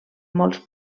molts